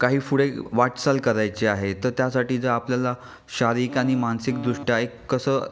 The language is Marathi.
काही पुढे वाटचाल करायची आहे तर त्यासाठी जर आपल्याला शारीरिक आणि मानसिक दृष्ट्या एक कसं